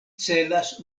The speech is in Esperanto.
celas